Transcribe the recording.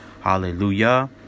Hallelujah